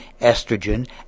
estrogen